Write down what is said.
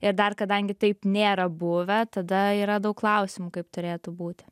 ir dar kadangi taip nėra buvę tada yra daug klausimų kaip turėtų būti